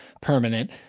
permanent